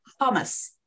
hummus